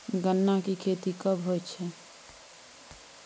गन्ना की खेती कब होय छै?